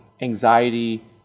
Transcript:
anxiety